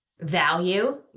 value